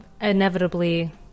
inevitably